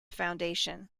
foundation